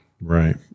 Right